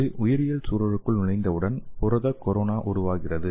இது உயிரியல் சூழலுக்குள் நுழைந்தவுடன் புரத கொரோனா உருவாகிறது